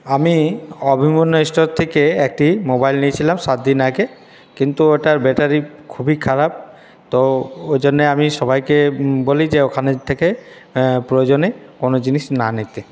আমি অভিমন্যু স্টোর থেকে একটি মোবাইল নিয়েছিলাম সাত দিন আগে কিন্তু ওটার ব্যাটারি খুবই খারাপ তো ওই জন্যে আমি সবাইকে বলি যে ওখানের থেকে প্রয়োজনে কোনো জিনিস না নিতে